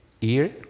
ear